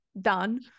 done